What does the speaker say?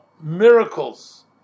miracles